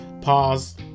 Pause